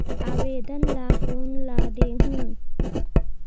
आवेदन ला कोन ला देहुं?